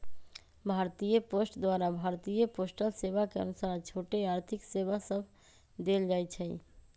भारतीय पोस्ट द्वारा भारतीय पोस्टल सेवा के अनुसार छोट आर्थिक सेवा सभ देल जाइ छइ